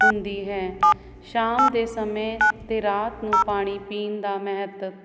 ਹੁੰਦੀ ਹੈ ਸ਼ਾਮ ਦੇ ਸਮੇਂ ਤੇ ਰਾਤ ਨੂੰ ਪਾਣੀ ਪੀਣ ਦਾ ਮਹਿਤ ਸ਼ਾਮ ਦੇ ਸਮੇਂ ਜਦ ਅਸੀਂ ਦਿਨ